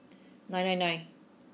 nine nine nine